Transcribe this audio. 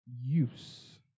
Use